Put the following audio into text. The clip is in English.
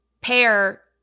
pair